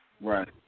Right